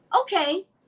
okay